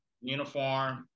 uniform